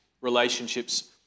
relationships